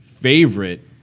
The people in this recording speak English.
favorite